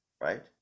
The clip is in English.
Right